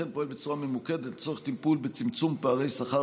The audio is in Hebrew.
כמו כן הוא פועל בצורה ממוקדת לצורך טיפול בצמצום פערי שכר